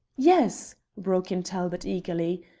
yes, broke in talbot eagerly.